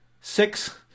six